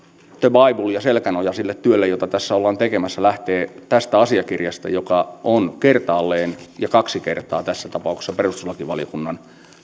the bible ja selkänoja sille työlle jota tässä ollaan tekemässä lähtee tästä asiakirjasta joka on kertaalleen ja kaksi kertaa tässä tapauksessa perustuslakivaliokunnan